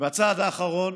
והצעד האחרון